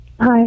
Hi